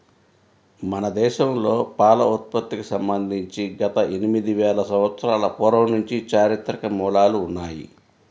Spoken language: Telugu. మన దేశంలో పాల ఉత్పత్తికి సంబంధించి గత ఎనిమిది వేల సంవత్సరాల పూర్వం నుంచి చారిత్రక మూలాలు ఉన్నాయి